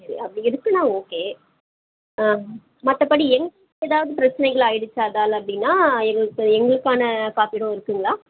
அப்படி இருக்குதுன்னா ஓகே ஆ மற்றபடி எங்களுக்கு ஏதாவது பிரச்சனைகள் ஆகிடிச்சி அதால அப்படின்னா எங்களுக்கு எங்களுக்கான காப்பீடும் இருக்குதுங்களா